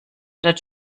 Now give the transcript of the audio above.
oder